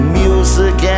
music